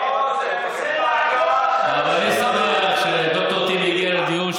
אבל אני שמח שד"ר טיבי הגיע לדיון.